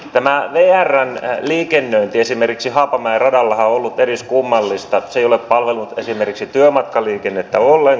tämä on erään liikkeen esimerkiksi haapamäen radalla ollut eriskummallista sillä palvelut esimerkiksi työmatkaliikennettä ollen